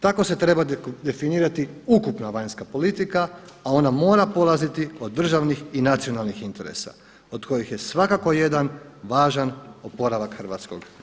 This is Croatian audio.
Tako se treba definirati ukupna vanjska politika, a ona mora polaziti od državnih i nacionalnih interesa od kojih je svakako jedan važan oporavak hrvatskog gospodarstva.